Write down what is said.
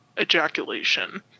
ejaculation